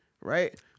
right